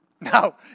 No